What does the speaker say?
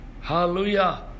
hallelujah